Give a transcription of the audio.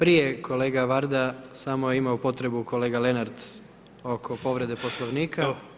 Prije kolega Varda, samo je imao potrebu kolega Lenart oko povrede poslovnika.